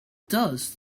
does